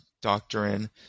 Doctrine